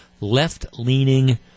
left-leaning